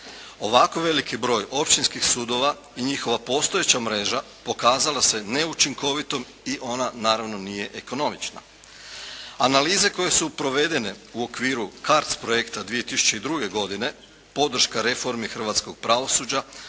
Ovako veliki broj općinskih sudova i njihova postojeća mreža pokazala se neučinkovitom i ona naravno nije ekonomična. Analize koje su provedene u okviru CARDS projekta 2002. godine podrška reformi hrvatskog pravosuđa